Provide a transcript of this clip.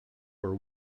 were